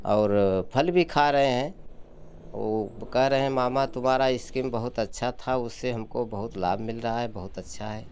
और फल भी खा रहे हैं वो कह रहें मामा तुम्हारा इस्कीम बहुत अच्छा था उससे हमको बहुत लाभ मिल रहा है बहुत अच्छा है